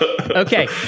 Okay